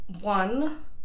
one